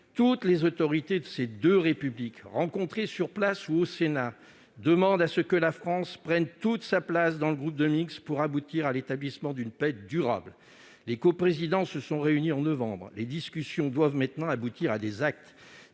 Les autorités de ces deux Républiques, rencontrées sur place ou au Sénat, demandent que la France prenne toute sa place dans le groupe de Minsk, afin d'aboutir à l'établissement d'une paix durable. Les coprésidents se sont réunis en novembre, et les discussions doivent maintenant aboutir à des actes.